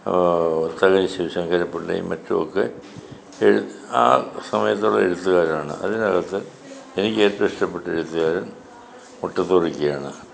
തകഴി ശിവശങ്കരപ്പിള്ളയും മറ്റുമൊക്കെ ആ സമയത്തുള്ള എഴുത്തുകാരാണ് അതിനകത്ത് എനിക്ക് ഏവും ഇഷ്ടപ്പെട്ട എഴുത്തുകാരൻ മുട്ടത്തുവർക്കിയാണ്